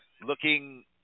looking